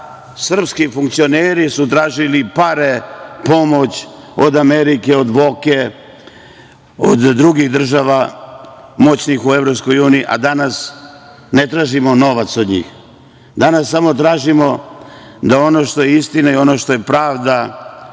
srpski funkcioneri su tražili pare, pomoć od Amerike, od drugih država moćnih u EU, a danas ne tražimo novac od njih. Danas samo tražimo da ono što je istina i ono što je pravda